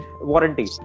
warranty